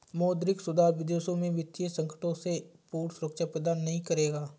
मौद्रिक सुधार विदेशों में वित्तीय संकटों से पूर्ण सुरक्षा प्रदान नहीं करेगा